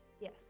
yes